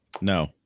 No